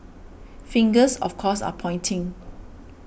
fingers of course are pointing